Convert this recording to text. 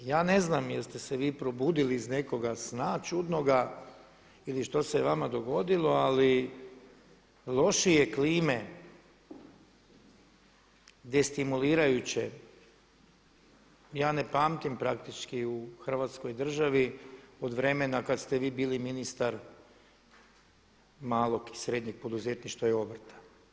Ja ne znam jeste se vi probudili iz nekoga sna čudnoga ili što se je vama dogodilo ali lošije klime destimulirajuće ja ne pamtim praktički u hrvatskoj državi od vremena kad ste vi bili ministar malog i srednjeg poduzetništva i obrta.